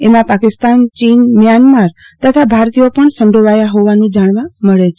એમાં પાકિસ્તાન ચીન મ્યાનમાર તથા ભારતીયો પજ્ઞ સંડોવાયા હોવાનું જાણવા મળે છે